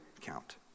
count